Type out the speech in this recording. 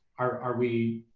are we